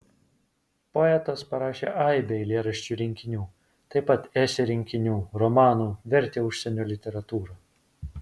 poetas parašė aibę eilėraščių rinkinių taip pat esė rinkinių romanų vertė užsienio literatūrą